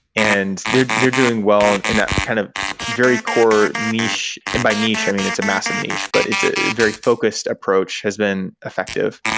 and they're they're doing well and in that kind of very core niche by niche, i mean it's a massive niche, but its ah very focused approach has been effective.